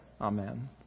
Amen